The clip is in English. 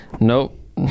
nope